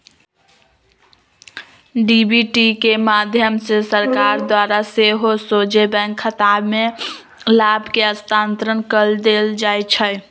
DBT के माध्यम से सरकार द्वारा सेहो सोझे बैंक खतामें लाभ के स्थानान्तरण कऽ देल जाइ छै